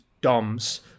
DOMS